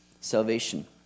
salvation